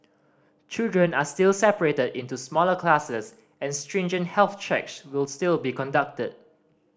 children are still separated into smaller classes and stringent health checks will still be conducted